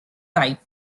ripe